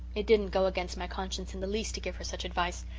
it didn't go against my conscience in the least to give her such advice.